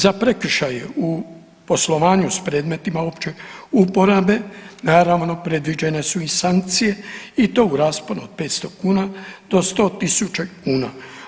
Za prekršaje u poslovanju s predmetima opće uporabe naravno predviđene su i sankcije i to u rasponu od 500 kuna do 100 000 kuna.